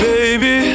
Baby